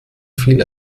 viel